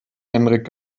henrik